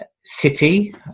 city